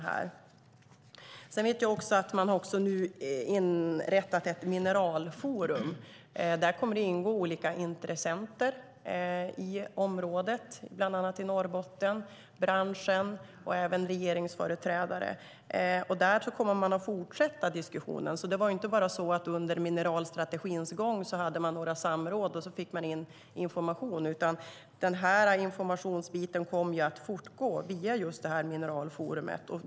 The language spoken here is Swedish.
Dessutom vet jag att man har inrättat ett mineralforum. Där kommer det att ingå olika intressenter från bland annat Norrbotten, branschen och även regeringsföreträdare. Därför kommer man att fortsätta diskussionen. Det var inte bara så att man under mineralstrategins gång hade några samråd och fick in information, utan insamlandet av information kommer ju att fortgå via just det här mineralforumet.